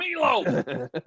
milo